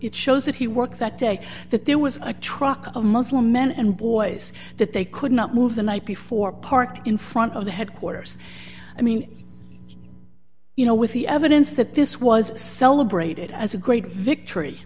shows that he worked that day that there was a truck of muslim men and boys that they could not move the night before parked in front of the headquarters i mean you know with the evidence that this was celebrated as a great victory